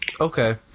Okay